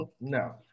no